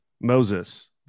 Moses